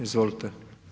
Izvolite.